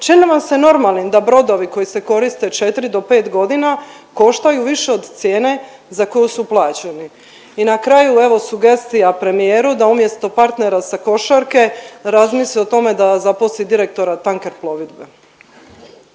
Čini vam se normalnim da brodovi koji se koriste četiri do pet godina koštaju više od cijene za koju su plaćeni. I na kraju evo sugestija premijeru da umjesto partnera sa košarke razmisli o tome da zaposli direktora Tanker plovidbe.